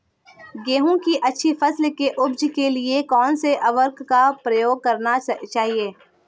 गेहूँ की अच्छी फसल की उपज के लिए कौनसी उर्वरक का प्रयोग करना चाहिए?